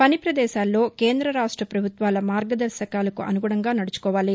పని ప్రదేశాల్లో కేంద్ర రాష్ట ప్రభుత్వాల మార్గదర్శకాలకు అనుగుణంగా నదుచుకోవాలి